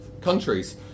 countries